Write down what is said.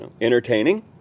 entertaining